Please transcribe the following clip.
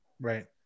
Right